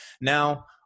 Now